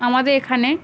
আমাদের এখানে